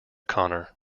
connor